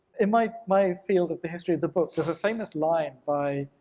in my my field of the history of the book, there's a famous line by